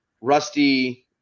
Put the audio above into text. Rusty